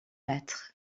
battre